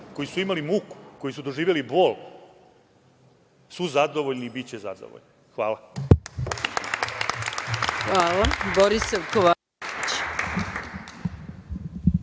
koji su imali muku, koji su doživeli bol su zadovoljni i biće zadovoljni. Hvala.